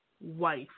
wife